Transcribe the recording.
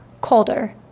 colder